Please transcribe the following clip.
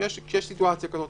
כפי שאמרנו קודם,